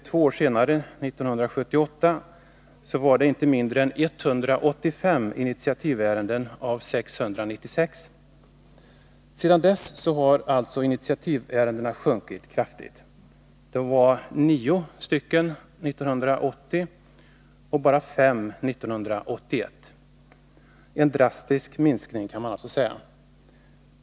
Två år senare, 1978, var det inte mindre än 185 initiativärenden av 696. Sedan dess har initiativärendena sjunkit kraftigt. De var nio stycken år 1980 och bara fem år 1981 — en drastisk minskning, kan man alltså säga.